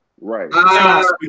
Right